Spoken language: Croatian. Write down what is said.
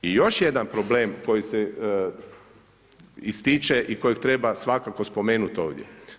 I još jedan problem koji se ističe i kojeg treba svakako spomenuti ovdje.